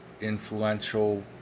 influential